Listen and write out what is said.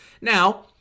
Now